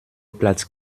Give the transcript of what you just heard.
platz